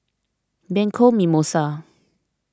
Bianco Mimosa